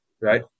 right